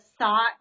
thought